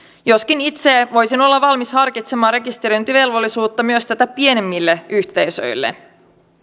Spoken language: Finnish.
joskin itse voisin olla valmis harkitsemaan rekisteröintivelvollisuutta myös tätä pienemmille yhteisöille